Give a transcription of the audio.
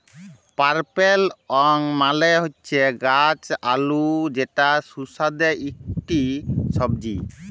purple yam মালে হচ্যে গাছ আলু যেটা সুস্বাদু ইকটি সবজি